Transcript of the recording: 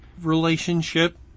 relationship